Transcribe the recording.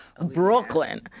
Brooklyn